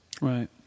Right